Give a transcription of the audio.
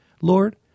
Lord